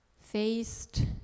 faced